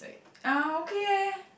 uh okay eh